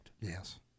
Yes